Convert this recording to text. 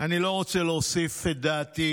אני לא רוצה להוסיף את דעתי